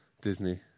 Disney